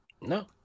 no